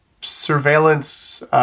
surveillance